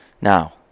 Now